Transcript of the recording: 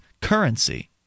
currency